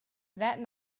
that